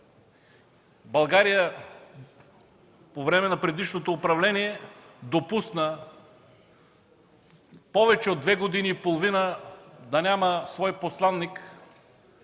държави. По време на предишното управление България допусна повече от две години и половина да няма свой посланик,